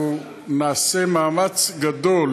אנחנו נעשה מאמץ גדול